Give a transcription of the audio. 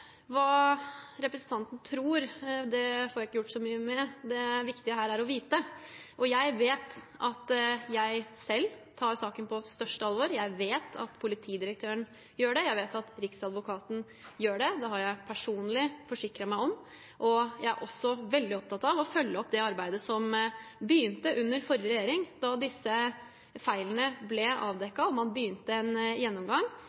Hva representanten tror, får jeg ikke gjort så mye med. Det viktige her er å vite, og jeg vet at jeg selv tar saken på største alvor. Jeg vet at politidirektøren gjør det. Jeg vet at riksadvokaten gjør det. Det har jeg personlig forsikret meg om. Jeg er også veldig opptatt av å følge opp det arbeidet som begynte under forrige regjering, da disse feilene ble avdekket og man begynte en gjennomgang